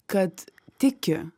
kad tiki